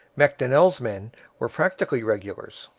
macdonell's men were practically regulars.